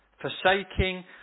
forsaking